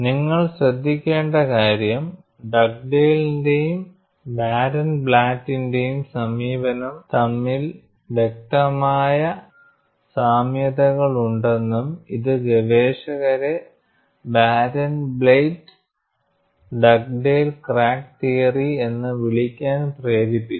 നിങ്ങൾ ശ്രദ്ധിക്കേണ്ട കാര്യം ഡഗ്ഡെയ്ലിന്റേയും ബാരൻബ്ലാറ്റിന്റേയും സമീപനം തമ്മിൽ വ്യക്തമായ സാമ്യതകളുണ്ടെന്നും ഇത് ഗവേഷകരെ ബാരൻബ്ലാറ്റ് ഡഗ്ഡേൽ ക്രാക്ക് തിയറി എന്ന് വിളിക്കാൻ പ്രേരിപ്പിച്ചു